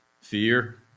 fear